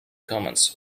commands